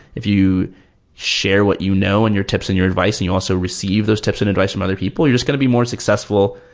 if you share what you know and your tips and your advice and you also receive those tips and advice from other people, you're just going to be more successful.